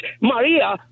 Maria